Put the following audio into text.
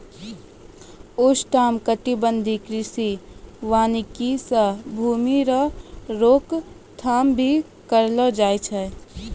उष्णकटिबंधीय कृषि वानिकी से भूमी रो रोक थाम भी करलो जाय छै